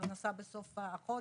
הפרנסה בסוף החודש,